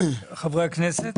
חברי הכנסת.